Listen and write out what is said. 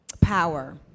power